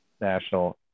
National